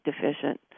deficient